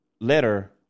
letter